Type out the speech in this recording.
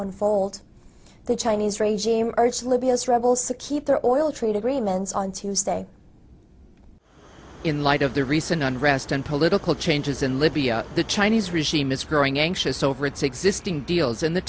unfold the chinese regime urged libya's rebels to keep their oil trade agreements on tuesday in light of the recent unrest and political changes in libya the chinese regime is growing anxious over its existing deals in the